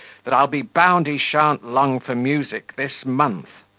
that i'll be bound he shan't long for music this month.